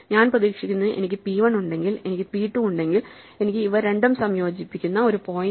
ഞാൻ പ്രതീക്ഷിക്കുന്നത് എനിക്ക് പി 1 ഉണ്ടെങ്കിൽ എനിക്ക് പി 2 ഉണ്ടെങ്കിൽ എനിക്ക് ഇവ രണ്ടും സംയോജിപ്പിക്കുന്ന ഒരു പോയിന്റ്